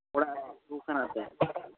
ᱚᱲᱟᱜ ᱨᱮ